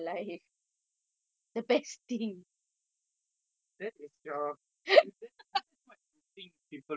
that is your that is that's what you think people will do sleep